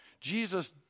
Jesus